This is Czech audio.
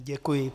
Děkuji.